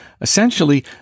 essentially